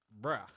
Bruh